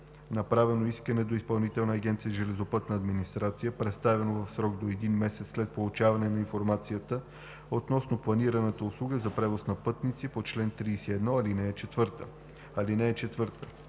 направено искане до Изпълнителна агенция „Железопътна администрация“, представено в срок до един месец след получаване на информацията относно планираната услуга за превоз на пътници по чл. 31, ал. 4.